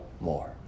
more